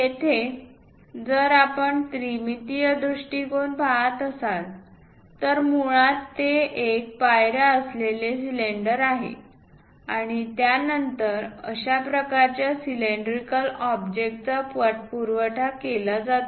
येथे जर आपण त्रिमितीय दृष्टीकोन पाहत असाल तर मुळात ते एक पायऱ्या असलेले सिलेंडर आहे आणि त्या नंतर अशा प्रकारच्या सिलेंड्रिकल ऑब्जेक्टचा पाठपुरावा केला जातो